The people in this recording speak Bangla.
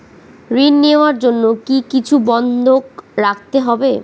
ঋণ নেওয়ার জন্য কি কিছু বন্ধক রাখতে হবে?